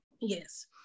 Yes